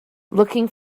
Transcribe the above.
looking